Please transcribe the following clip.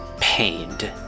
pained